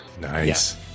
Nice